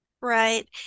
Right